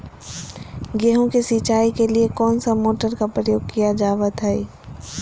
गेहूं के सिंचाई के लिए कौन सा मोटर का प्रयोग किया जावत है?